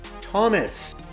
Thomas